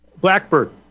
Blackbird